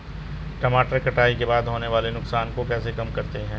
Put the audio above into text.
टमाटर कटाई के बाद होने वाले नुकसान को कैसे कम करते हैं?